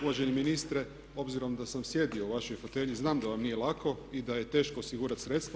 Uvaženi ministre, obzirom da sam sjedio u vašoj fotelji znam da vam nije lako i da je teško osigurati sredstva.